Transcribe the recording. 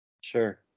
Sure